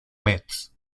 metz